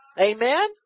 Amen